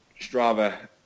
Strava